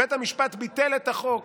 בית המשפט ביטל את החוק